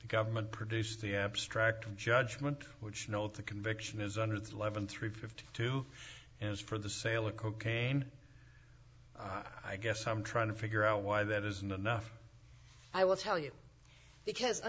government produces the abstract of judgment which note the conviction is under the eleven three fifty two as for the sale of cocaine i guess i'm trying to figure out why that is not enough i will tell you because